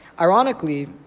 Ironically